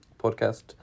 podcast